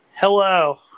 Hello